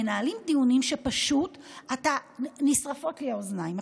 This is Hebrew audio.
מנהלים דיונים שפשוט נשרפות לי האוזניים.